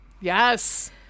Yes